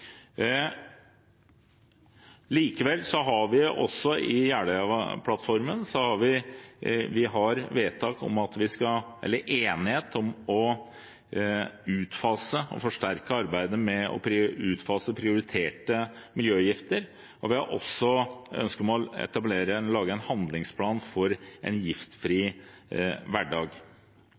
har vi likevel enighet om å forsterke arbeidet med å utfase prioriterte miljøgifter, og vi har ønske om å lage en handlingsplan for en giftfri hverdag. Så dette arbeidet må videreføres. Jeg vil legge til at det i dette også er viktig å